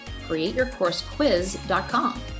createyourcoursequiz.com